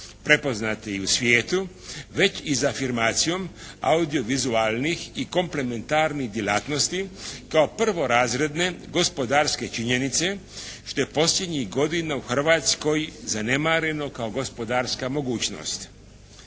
prepoznate i u svijetu već i za afirmacijom audiovizualnih i komplementarnih djelatnosti kao prvorazredne gospodarske činjenice što je posljednjih godina u Hrvatskoj zanemareno kao gospodarska mogućnost.